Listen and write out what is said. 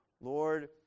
Lord